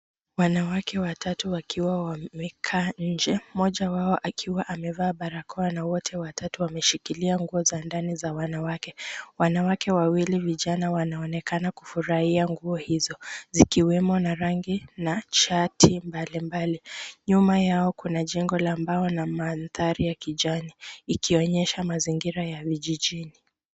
Wanawake watatu wakiwa wamekaa nje mmoja wao akiwa amevaa barakoa na wote watatu wakiwa wameshikilia nguo za ndani za wanawake. Wanawake wawili vijana wanaonekana kufurahia nguo hizo zikiwemo na rangi na chati mbali mbali. Nyuma yao kuna jengo la mbao na mandhari ya kijani ikionyesha mazingira ya vijijini.